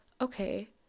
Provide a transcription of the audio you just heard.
Okay